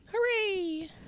Hooray